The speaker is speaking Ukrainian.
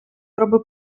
роби